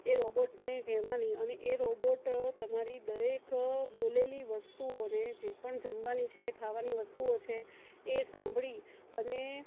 એ રોબોટને કહેવાની અને એ રોબોટ તમારી દરેક બોલેલી વસ્તુઓને જે પણ જમવાની છે ખાવાની વસ્તુઓ છે એ સાંભળી અને